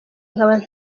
nkaba